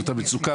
זאת המצוקה.